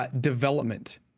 Development